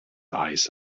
eis